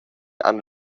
han